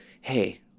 hey